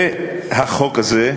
החוק הזה,